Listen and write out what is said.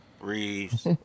Reeves